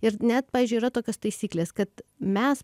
ir net pavyzdžiui yra tokios taisyklės kad mes